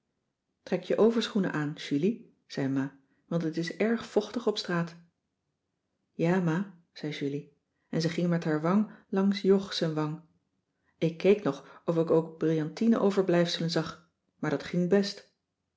trek je overschoenen aan julie zei ma want het is erg vochtig op straat ja ma zei julie en ze ging met haar wang langs jog zijn wang ik keek nog of ik ook brillantine overblijfselen zag maar dat ging best